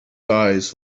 eyes